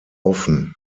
offen